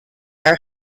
her